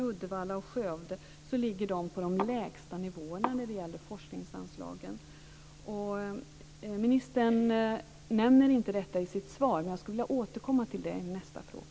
Uddevalla och Skövde ligger på de lägsta nivåerna när det gäller forskningsanslagen. Ministern nämner inte detta i sitt svar, men jag skulle vilja återkomma till det i nästa fråga.